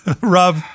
Rob